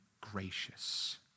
gracious